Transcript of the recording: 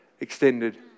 extended